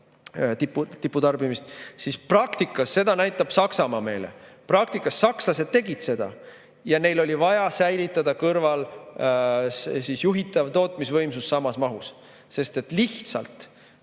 tiputarbimist, siis praktikas [juhtub see, mida] näitab Saksamaa meile. Praktikas sakslased tegid seda ja neil oli vaja säilitada kõrval juhitav tootmisvõimsus samas mahus, sest lihtsalt